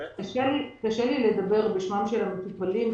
קשה לי לדבר בשמם של המטופלים,